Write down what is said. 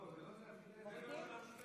הם צריכים להגיד.